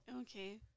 Okay